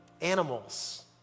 animals